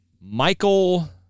Michael